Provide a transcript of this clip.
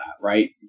right